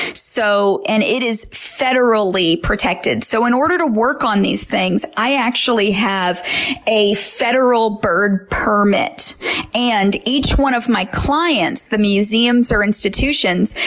so and it is federally protected. so in order to work on these things, i actually actually have a federal bird permit and each one of my clients, the museums or institutions,